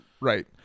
right